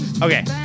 Okay